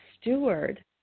steward